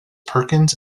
perkins